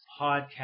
podcast